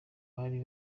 bari